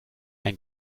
ein